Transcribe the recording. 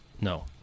No